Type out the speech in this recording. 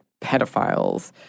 pedophiles